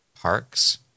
Parks